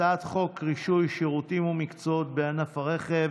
הצעת חוק רישוי שירותים ומקצועות בענף הרכב